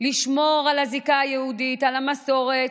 לשמור על הזיקה היהודית, על המסורת,